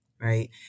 right